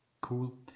Cool